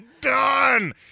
done